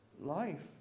life